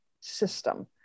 system